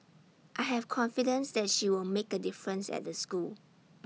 I have confidence that she'll make A difference at the school